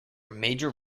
major